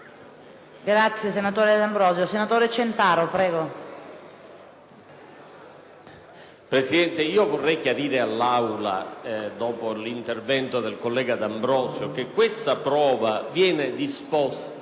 Presidente, vorrei chiarire all’Aula, dopo l’intervento del collega D’Ambrosio, che questa prova puoessere disposta